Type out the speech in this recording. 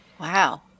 wow